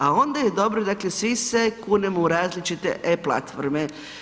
A onda je dobro, dakle svi se kunemo u različite e-platforme.